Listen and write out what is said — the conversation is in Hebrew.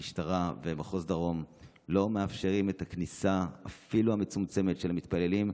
המשטרה במחוז דרום לא מאפשרת אפילו כניסה מצומצמת של מתפללים.